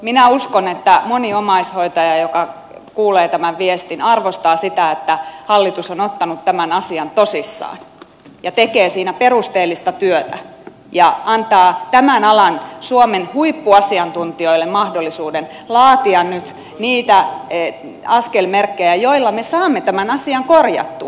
minä uskon että moni omaishoitaja joka kuulee tämän viestin arvostaa sitä että hallitus on ottanut tämän asian tosissaan ja tekee siinä perusteellista työtä ja antaa suomen tämän alan huippuasiantuntijoille mahdollisuuden laatia nyt niitä askelmerkkejä joilla me saamme tämän asian korjattua